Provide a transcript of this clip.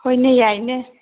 ꯍꯣꯏꯅꯦ ꯌꯥꯏꯅꯦ